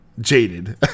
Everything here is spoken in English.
jaded